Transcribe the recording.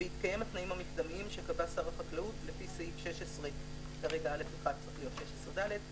בהתקיים התנאים המקדמיים שקבע שר החקלאות לפי סעיף 16(א1) ובהתאם